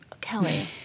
Kelly